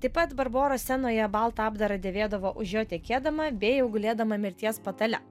taip pat barboros scenoje baltą apdarą dėvėdavo už jo tekėdama bei jau gulėdama mirties patale